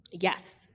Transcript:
Yes